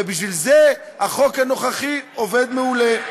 ובשביל זה החוק הנוכחי עובד מעולה.